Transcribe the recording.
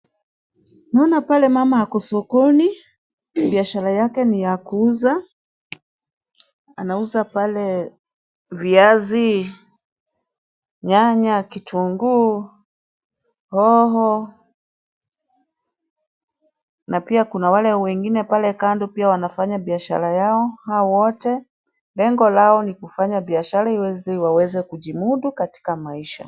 Tunaona pale mama ako sokoni. Biashara yake ni ya kuuza. Anauza pale viazi, nyanya, kitunguu, hoho, na pia kuna wale wengine wanafanya biashara yao. Hawa wote lengo lao ni kufanya biashara ili waweze kujimudu katika maisha.